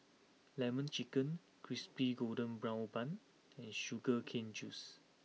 Lemon Chicken Crispy Golden Brown Bun and Sugar Cane Juice